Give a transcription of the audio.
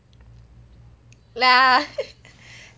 ya